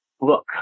Look